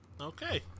Okay